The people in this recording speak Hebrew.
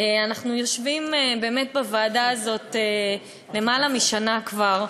אנחנו יושבים באמת בוועדה הזאת למעלה משנה כבר.